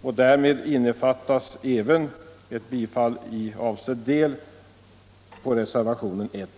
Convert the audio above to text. Däri innefattas även bifall i avsedd del till reservation 1b.